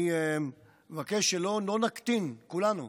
אני מבקש שלא נקטין, כולנו,